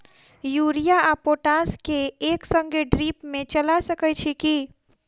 Urea आ potash केँ एक संगे ड्रिप मे चला सकैत छी की?